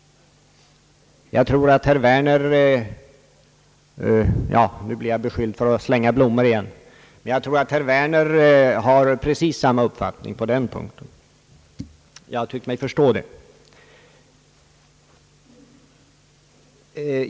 Nu blir jag väl beskylld för att strö blommor igen, men jag tror att herr Werner har precis samma uppfattning som jag på den punkten. Det har jag tyckt mig förstå.